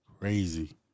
Crazy